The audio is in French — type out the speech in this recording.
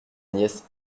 nièce